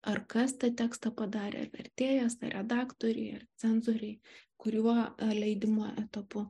ar kas tą tekstą padarė ar vertėjasar redaktoriai ar cenzoriai kuriuo leidimo etapu